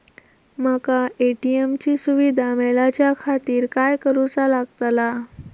माका ए.टी.एम ची सुविधा मेलाच्याखातिर काय करूचा लागतला?